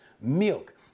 milk